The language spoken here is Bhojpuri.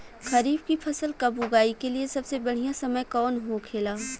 खरीफ की फसल कब उगाई के लिए सबसे बढ़ियां समय कौन हो खेला?